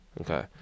Okay